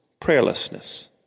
prayerlessness